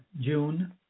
June